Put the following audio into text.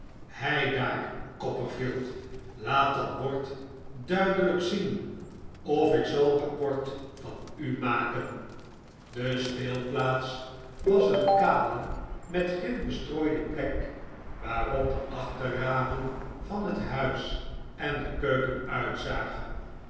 heidaar copperfield laat dat bord duidelijk zien of ik zal rapport van u maken de speelplaats was een kale met grint bestrooide plek waarop de achterramen van het huis en de keuken uitzagen